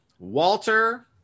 Walter